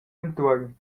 entuorn